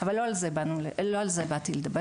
אבל לא על זה באתי לדבר,